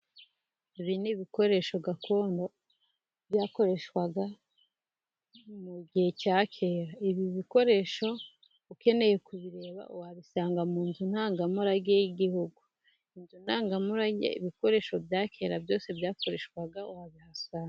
Ibi ni ibikoresho gakondo byakoreshwaga mu gihe cya kera. Ibi bikoresho ukeneye kubireba wabisanga mu nzu ndangamurage y'igihugu. Inzu ndangamurage ibikoresho bya kera byose byakoreshwaga wabihasanga.